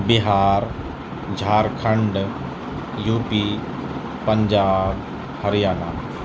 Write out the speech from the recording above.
Bihar Jharkhand UP Punjab Haryana